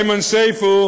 איימן סייף הוא